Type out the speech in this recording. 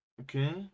Okay